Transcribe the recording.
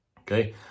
Okay